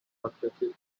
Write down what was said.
successive